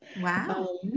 Wow